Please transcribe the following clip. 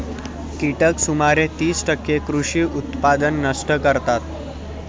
कीटक सुमारे तीस टक्के कृषी उत्पादन नष्ट करतात